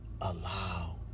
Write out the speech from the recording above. allow